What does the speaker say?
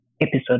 episode